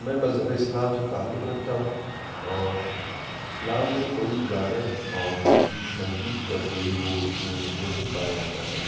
میں مذہب اسلام سے تعلق رکھتا ہوں اور اسلام میں کوئی گانا اور کسی سنگیت کا کوئی وہ اس میں وہ نہیں پایا جاتا ہے